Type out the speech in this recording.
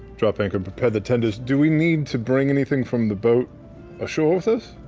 drop anchor, prepare the tenders. do we need to bring anything from the boat ashore with us?